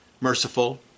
merciful